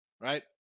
right